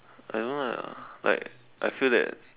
I don't like lah like I feel that